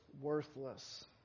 worthless